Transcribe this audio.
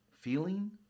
feeling